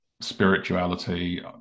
spirituality